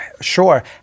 sure